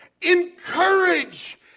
Encourage